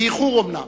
באיחור אומנם,